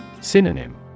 Synonym